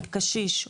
קשיש,